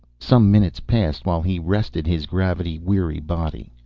some minutes passed while he rested his gravity-weary body.